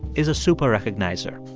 is a super-recognizer.